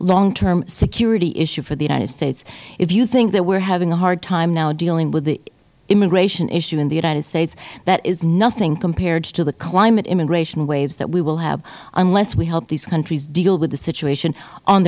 long term security issue for the united states if you think that we are having a hard time now dealing with the immigration issue in the united states that is nothing compared to the climate immigration waves that we will have unless we help these countries deal with the situation on